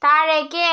താഴേക്ക്